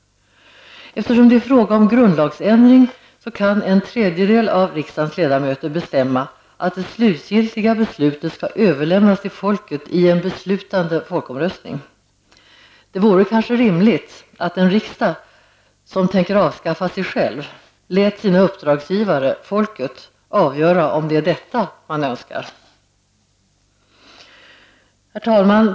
Eftersom det är fråga om grundlagsändring kan en tredjedel av riksdagens ledamöter bestämma att det slutgiltiga beslutet skall överlämnas till folket i en beslutande folkomröstning. Det vore rimligt att en riksdag som tänker avskaffa sig själv lät sina uppdragsgivare, folket, avgöra om det är detta man önskar! Herr talman!